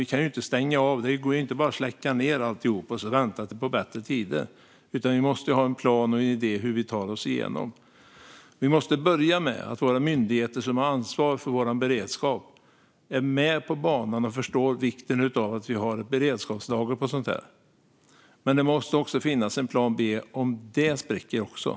Vi kan inte bara stänga av och släcka ned alltihop och vänta på bättre tider. Vi måste ha en plan och en idé om hur vi tar oss igenom. Vi måste börja med att våra myndigheter som har ansvar för vår beredskap är med på banan och förstår vikten av att vi har beredskapslager av sådant här. Men det måste också finnas en plan B om även det spricker.